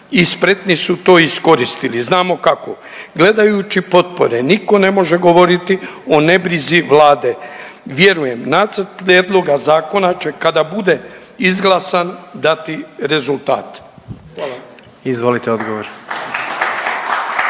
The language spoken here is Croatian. spretni su to iskoristili znamo kako. Gledajući potpore niko ne može govoriti o nebrizi vlade. Vjerujem nacrt prijedloga zakona će kada bude izglasan dati rezultat. Hvala. **Jandroković,